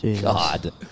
God